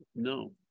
No